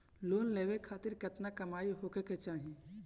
Loan लेवे खातिर केतना कमाई होखे के चाही?